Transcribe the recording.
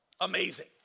amazing